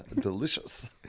delicious